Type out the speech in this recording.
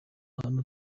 hano